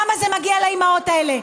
למה זה מגיע לאימהות האלה?